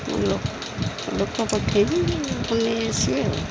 ମୁଁ ଲ ଲୋକ ପଠେଇବି ନେଇ ଆସିବେ ଆଉ